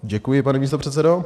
Děkuji, pane místopředsedo.